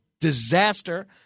disaster